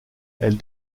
elle